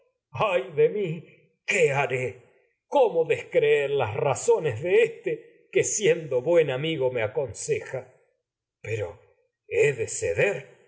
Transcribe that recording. ay mí qué haré cómo descreer de éste que siendo buen amigo me aconseja pero he de ceder